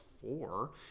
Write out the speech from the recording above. four